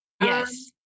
yes